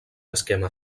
esquema